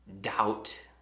doubt